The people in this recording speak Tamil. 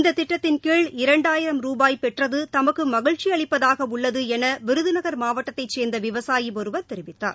இந்த திட்டத்தின்கீழ் இரண்டாயிரம் ரூபாய் பெற்றது தமக்கு மகிழ்ச்சி அளிப்பதாக உள்ளது என விருதுநகர் மாவட்டத்தைச் சேர்ந்த விவசாயி ஒருவர் தெரிவித்தார்